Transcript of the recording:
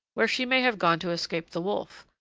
where she may have gone to escape the wolf.